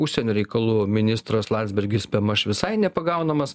užsienio reikalų ministras landsbergis bemaž visai nepagaunamas